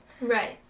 Right